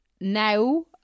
Now